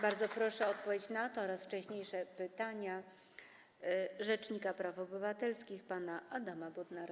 Bardzo proszę o odpowiedź na to oraz wcześniejsze pytania rzecznika praw obywatelskich pana Adama Bodnara.